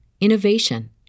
innovation